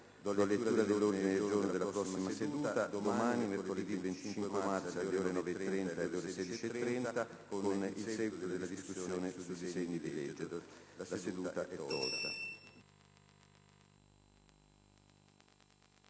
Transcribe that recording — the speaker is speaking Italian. La seduta è tolta